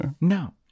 No